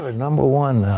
ah number one.